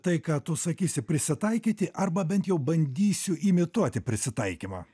tai ką tu sakysi prisitaikyti arba bent jau bandysiu imituoti prisitaikymą